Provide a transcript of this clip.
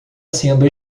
sendo